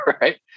right